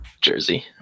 Jersey